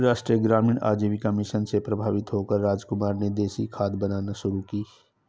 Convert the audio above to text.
राष्ट्रीय ग्रामीण आजीविका मिशन से प्रभावित होकर रामकुमार ने देसी खाद बनानी शुरू की